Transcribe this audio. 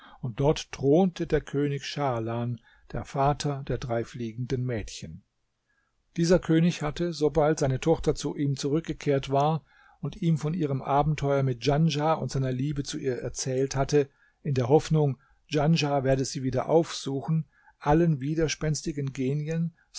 und dort thronte der könig schahlan der vater der drei fliegenden mädchen dieser könig hatte sobald seine tochter zu ihm zurückgekehrt war und ihm von ihrem abenteuer mit djanschah und von seiner liebe zu ihr erzählt hatte in der hoffnung djanschah werde sie wieder aufsuchen allen widerspenstigen genien